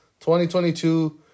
2022